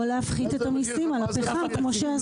או להפחית את המסים על הפחם, כמו שעשו.